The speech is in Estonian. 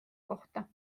kohta